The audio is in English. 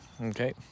Okay